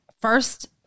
First